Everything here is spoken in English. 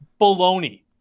Baloney